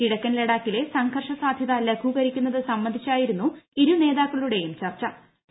കിഴക്കൻ ലഡാക്കിലെ സംഘർഷ സാധ്യത ലഘൂകരിക്കുന്നത് സംബന്ധിച്ചായിരുന്നു ഇരു നേതാക്കളുടെയും ചർച്ചു